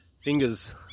fingers